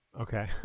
Okay